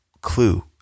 clue